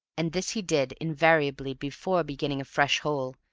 and this he did invariably before beginning a fresh hole,